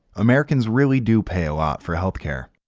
americans really do pay a lot for health care.